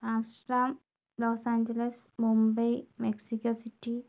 Amsterdam Los Angeles Mumbai Mexico city